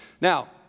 Now